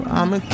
I'ma